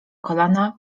kolana